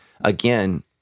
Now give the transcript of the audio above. again